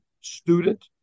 student